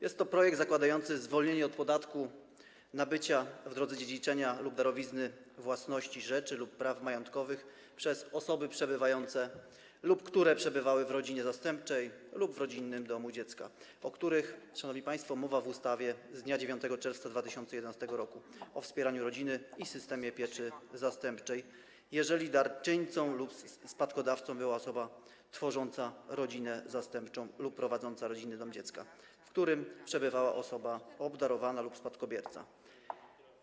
Jest to projekt zakładający zwolnienie od podatku nabycia w drodze dziedziczenia lub darowizny własności rzeczy lub praw majątkowych przez osoby, które przebywają lub przebywały w rodzinie zastępczej lub rodzinnym domu dziecka, o których mowa w ustawie z dnia 9 czerwca 2011 r. o wspieraniu rodziny i systemie pieczy zastępczej, jeżeli darczyńcą lub spadkodawcą była osoba tworząca rodzinę zastępczą lub prowadząca rodzinny dom dziecka, w którym przebywała osoba obdarowana lub spadkobierca.